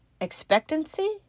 expectancy